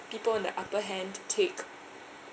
people on the upper hand take